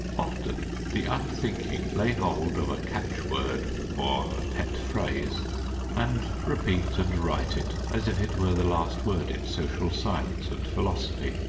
often the unthinking lay hold of a catch-word or a pet phrase and repeat and write it, as if it were the last word in social science and philosophy.